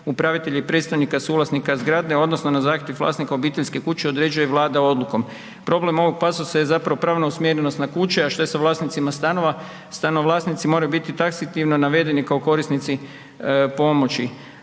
upravitelja i predstavnika suvlasnika zgrade odnosno na zahtjev vlasnika obiteljske kuće određuje Vlada odlukom“. Problem ovog pasusa je zapravo pravno … kuća, a što je sa vlasnicima stanova? Stano vlasnici moraju biti taksativno navedeni kao korisnici pomoći,